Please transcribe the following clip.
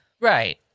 Right